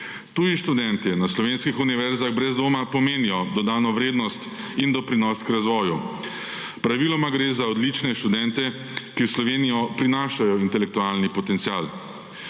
Tuji študentje na slovenskih univerzah brez dvoma pomenijo dodano vrednost in doprinos k razvoju. Praviloma gre za odlične študente, ki v Slovenijo prinašajo intelektualni potencial.